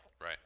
Right